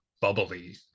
bubbly